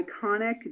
iconic